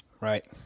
Right